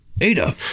Ada